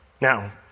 Now